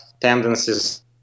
tendencies